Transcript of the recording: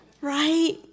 Right